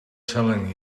telling